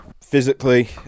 physically